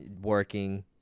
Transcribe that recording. working